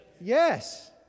Yes